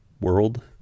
world